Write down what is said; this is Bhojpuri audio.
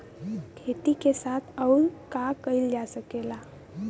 खेती के साथ अउर का कइल जा सकेला?